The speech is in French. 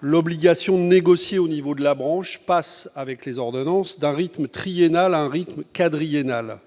l'obligation de négocier au niveau de la branche passe, avec l'ordonnance, d'un rythme triennal à un rythme quadriennal.